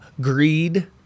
Greed